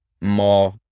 more